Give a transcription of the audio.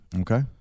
Okay